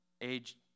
age